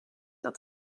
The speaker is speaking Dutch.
dat